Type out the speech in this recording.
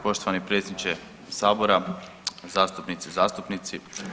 Poštovani predsjedniče Sabora, zastupnice i zastupnici.